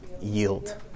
Yield